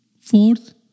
Fourth